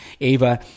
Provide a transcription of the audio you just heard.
Ava